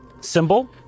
symbol